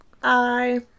Bye